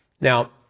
Now